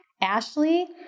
Ashley